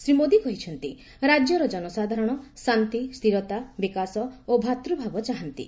ଶ୍ରୀ ମୋଦୀ କହିଛନ୍ତି ରାଜ୍ୟର ଜନସାଧାରଣ ଶାନ୍ତି ସ୍ଥିରତା ବିକାଶ ଓ ଭ୍ରାତୃଭାବ ଚାହାନ୍ତି